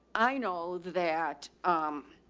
i know that, um,